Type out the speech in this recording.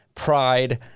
pride